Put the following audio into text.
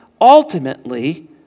ultimately